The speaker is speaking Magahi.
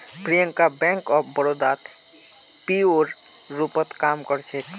प्रियंका बैंक ऑफ बड़ौदात पीओर रूपत काम कर छेक